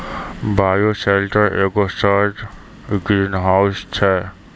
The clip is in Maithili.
बायोसेल्टर एगो सौर ग्रीनहाउस छै